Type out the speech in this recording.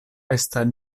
estas